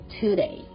today